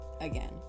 again